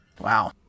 Wow